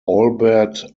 albert